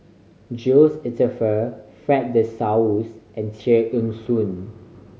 Jules Itier Fred De Souza and Tear Ee Soon